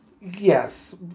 Yes